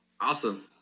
Awesome